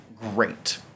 great